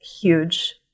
huge